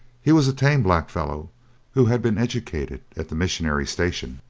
he was a tame blackfellow who had been educated at the missionary station.